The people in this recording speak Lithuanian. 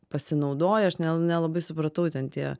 pasinaudojo aš ne nelabai supratau ten tie